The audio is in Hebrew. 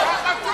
אתה חתום על זה.